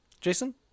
Jason